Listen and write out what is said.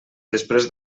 després